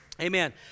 Amen